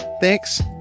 Thanks